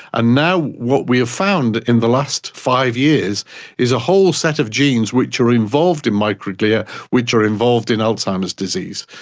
and now what we found in the last five years is a whole set of genes which are involved in microglia which are involved in alzheimer's disease.